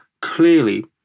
clearly